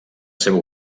seva